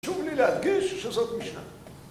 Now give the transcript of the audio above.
חשוב לי להדגיש שזו משנה